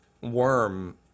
worm